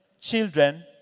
children